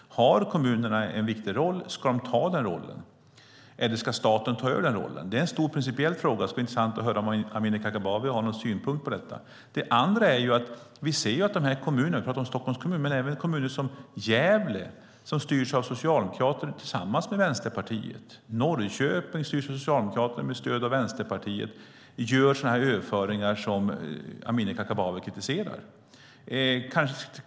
Har kommunerna en viktig roll? Ska de ta den rollen eller ska ta staten ta över den rollen? Det är en stor, principiell fråga. Det skulle vara intressant att höra om Amineh Kakabaveh har någon synpunkt på detta. Det andra är att vi kan se på kommunerna. Vi pratade om Stockholms kommun, men även i kommuner som Gävle, som styrs av Socialdemokraterna tillsammans med Vänsterpartiet, och Norrköping, som styrs av Socialdemokraterna med stöd av Vänsterpartiet, gör man sådana överföringar som Amineh Kakabaveh kritiserar.